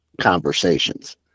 conversations